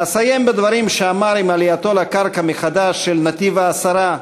אסיים בדברים שאמר עם עלייתו לקרקע מחדש של נתיב-העשרה,